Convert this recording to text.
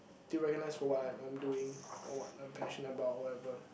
be recognised for what I'm I'm doing or what I'm passionate about or whatever